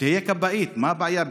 שתהיה כבאית, מה הבעיה?